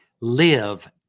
Live